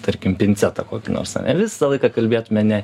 tarkim pincetą kokį nors ane visą laiką kalbėtume ne